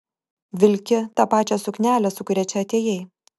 vilki tą pačią suknelę su kuria čia atėjai